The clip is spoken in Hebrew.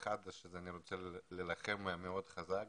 אני רוצה להילחם על זה מאוד חזק.